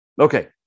Okay